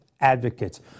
Advocates